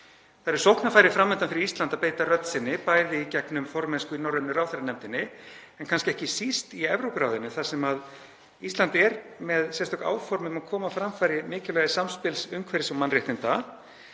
Það eru sóknarfæri fram undan fyrir Ísland að beita rödd sinni, bæði í gegnum formennsku í norrænu ráðherranefndinni en kannski ekki síst í Evrópuráðinu þar sem Ísland er með sérstök áform um að koma á framfæri mikilvægi samspils umhverfis- og mannréttinda,